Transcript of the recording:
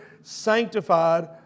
sanctified